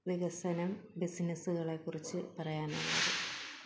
വികസനം ബിസിനസുകളെ കുറിച്ച് പറയാനുള്ളത്